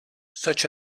such